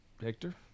Hector